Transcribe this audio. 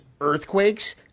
earthquakes